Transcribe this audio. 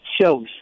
shows